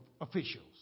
officials